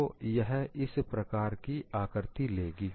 तो यह इस प्रकार की आकृति लेगी